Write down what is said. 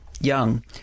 young